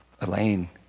Elaine